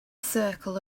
circle